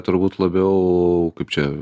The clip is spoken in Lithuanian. turbūt labiau kaip čia